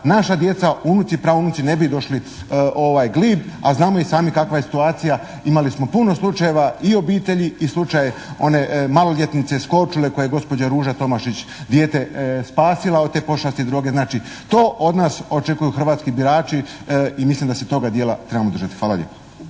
naša djeca, unuci, praunuci ne bi došli u ovaj glib, a znamo i sami kakva je situacija. Imali smo puno slučajeva i obitelji i slučaj one maloljetnice s Koručule koju je gospođa Ruža Tomašić, dijete spasila od te pošasti droge. Znači to od nas očekuju hrvatski birači i mislim da se toga dijela trebamo držati. Hvala lijepo.